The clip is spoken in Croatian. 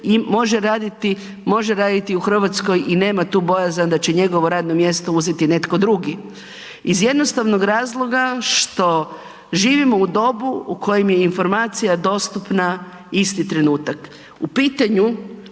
može raditi u Hrvatskoj i nema tu bojazan da će njegovo radno mjesto uzeti netko drugi iz jednostavnog razloga što živimo u dobu u kojem je informacija dostupna isti trenutak. U pitanju